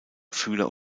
fühler